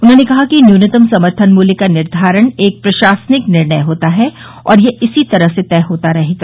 उन्होंने कहा कि न्यूनतम समर्थन मूल्य का निर्धारण एक प्रशासनिक निर्णय होता है और यह इसी तरह से तय होता रहेगा